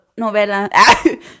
novela